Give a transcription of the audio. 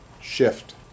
shift